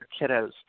kiddos